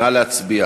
נא להצביע.